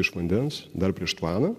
iš vandens dar prieš tvaną